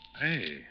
Hey